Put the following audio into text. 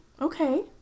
okay